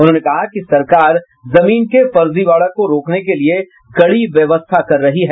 उन्होंने कहा कि सरकार जमीन के फर्जीवाड़ा को रोकने के लिए कड़ी व्यवस्था कर रही है